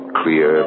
clear